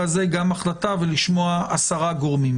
ולשמוע עשרה גורמים.